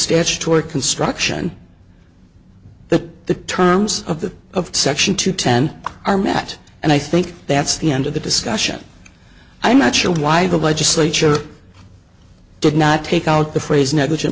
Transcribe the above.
statutory construction that the terms of the of section to ten are met and i think that's the end of the discussion i'm not sure why the legislature did not take out the phrase negligent